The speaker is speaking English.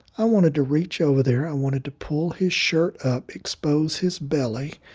i wanted to reach over there. i wanted to pull his shirt up, expose his belly,